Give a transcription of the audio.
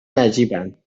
نجیبن